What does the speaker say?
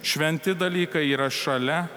šventi dalykai yra šalia